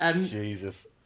Jesus